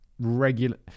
regular